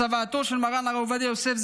בצוואתו של הרב מרן הרב עובדיה יוסף,